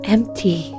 Empty